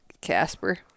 Casper